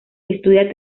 estudia